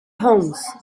homes